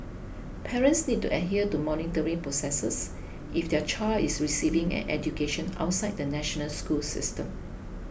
parents need to adhere to monitoring processes if their child is receiving an education outside the national school system